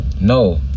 No